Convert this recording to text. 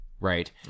right